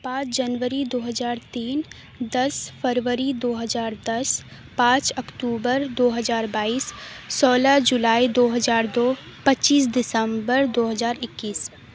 پانچ جنوری دو ہزار تین دس فروری دو ہزار دس پانچ اکتوبر دو ہزار بائیس سولہ جولائی دو ہزار دو پچیس دسمبر دو ہزار اکیس